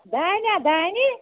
دانیٛا دانہِ